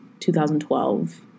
2012